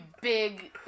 big